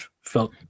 felt